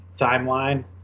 timeline